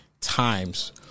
times